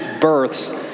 births